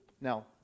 now